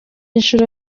nshuro